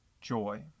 joy